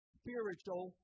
spiritual